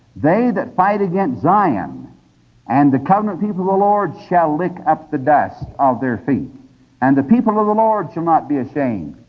they that fight against zion and the covenant people of the lord shall lick up the dust of their feet and the people of the lord shall not be ashamed.